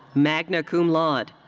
magna cum laude.